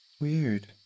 weird